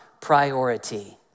priority